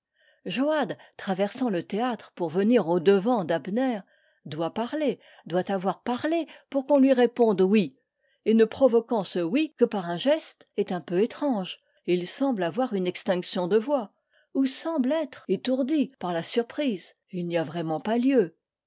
joad traversant le théâtre pour venir au-devant d'abner doit parler doit avoir parlé pour qu'on lui réponde oui et ne provoquant ce oui que par un geste est un peu étrange et il semble avoir une extinction de voix ou semble être étourdi par la surprise et il n'y a vraiment pas lieu